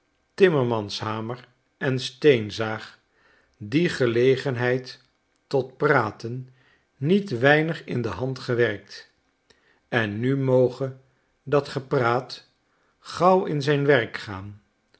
timmermanshamer en steenzaag die gelegenheid tot praten niet weinig in de hand gewerkt en nu moge dat gepraat gauw in zijn werk gaan